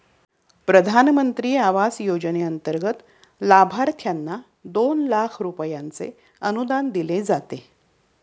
प्रधानमंत्री आवास योजनेंतर्गत लाभार्थ्यांना दोन लाख रुपयांचे अनुदान दिले जाते